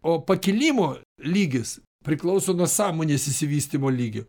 o pakilimo lygis priklauso nuo sąmonės išsivystymo lygio